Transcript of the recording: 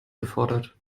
gefordert